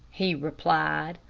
he replied.